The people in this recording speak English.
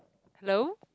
hello